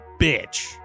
bitch